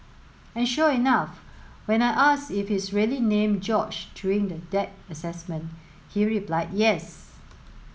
and sure enough when I asked if he's really named George during the deck assessment he replied yes